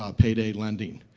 um payday lending,